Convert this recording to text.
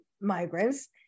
migrants